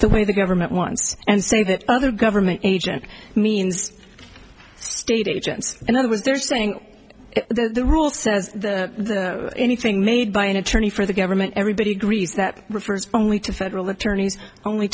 the way the government wants and say that other government agent means state agents in other words they're saying that the rule says the anything made by an attorney for the government everybody agrees that refers only to federal attorneys only